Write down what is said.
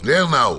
לרנאו,